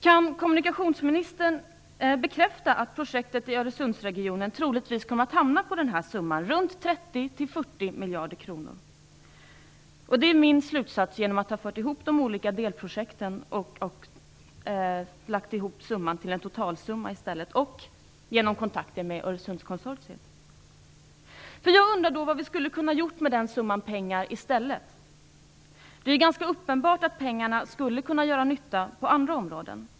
Kan kommunikationsministern bekräfta att projektet i Öresundsregionen troligtvis kommer att kosta runt 30-40 miljarder kronor? Det är min slutsats efter det att jag fört ihop de olika delprojekten, lagt ihop summorna till en totalsumma och haft kontakter med Öresundskonsortiet. Jag undrar vad vi skulle ha kunnat göra med pengarna i stället. Det är ganska uppenbart att pengarna skulle kunna göra nytta på andra områden.